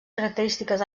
característiques